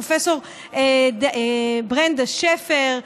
פרופ' ברנדה שפר,